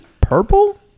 Purple